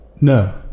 No